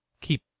keep